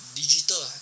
digital